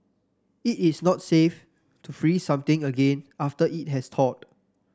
it is not safe to freeze something again after it has thawed